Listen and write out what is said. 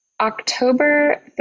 October